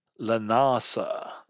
Lanasa